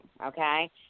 okay